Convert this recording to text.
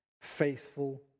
faithful